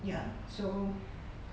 ya so